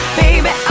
baby